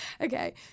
Okay